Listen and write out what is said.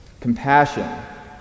Compassion